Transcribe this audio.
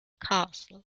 castle